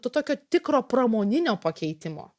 to tokio tikro pramoninio pakeitimo